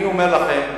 אני אומר לכם,